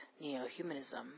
Neo-Humanism